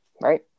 Right